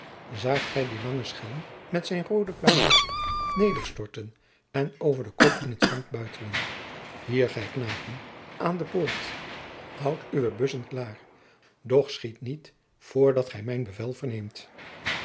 zaagt gij dien langen schelm met zijn roode pluimaadje nederstorten en over den kop in t zand buitelen hier gij knapen aan de poort houdt uwe bussen klaar doch schiet niet voor dat gij mijn bevel verneemt